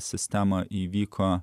sistemą įvyko